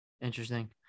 Interesting